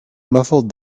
muffled